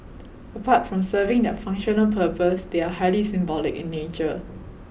apart from serving their functional purpose they are highly symbolic in nature